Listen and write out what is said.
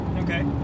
Okay